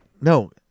No